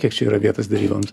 kiek čia yra vietos deryboms